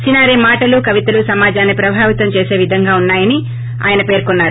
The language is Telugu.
సినారే మాటలు కవితలు సమాజాన్ని ప్రభావితం చేసేవిగా వున్నా యని ఆయన పెర్కున్నారు